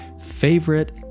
favorite